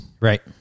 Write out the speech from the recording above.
Right